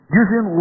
using